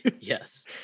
Yes